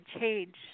change